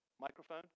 Microphone